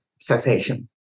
cessation